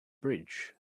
bridge